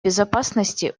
безопасности